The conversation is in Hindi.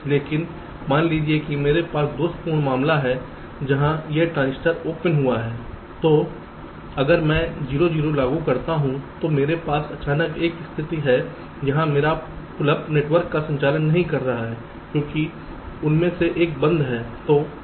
लेकिन मान लीजिए कि मेरे पास दोषपूर्ण मामला है जहां यह ट्रांजिस्टर ओपन हुआ है तो अगर मैं 0 0 लागू करता हूं तो मेरे पास अचानक एक स्थिति है जहां मेरा पुल अप नेटवर्क का संचालन नहीं हो रहा है क्योंकि उनमें से एक बंद है